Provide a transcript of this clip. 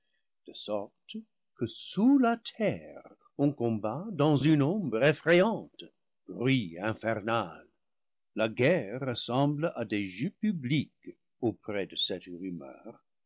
de sorte que sous la terre on combat dans une ombre effrayante bruit infernal la guerre res semble à des jeux publics auprès de cette rumeur